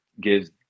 gives